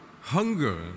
hunger